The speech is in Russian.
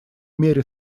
мере